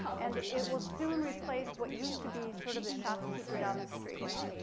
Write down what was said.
and it will soon replace what used to be sort of the shopkeeper down the street.